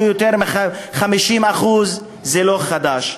שהוא יותר מ-50% זה לא חדש.